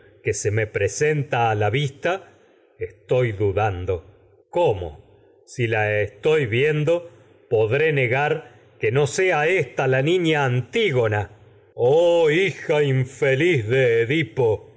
que presenta a se la vista estoy dudando cómo si la que estoy viendo podré negar sea ésta la niña antigona oh hija infeliz de edipo